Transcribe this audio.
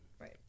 Right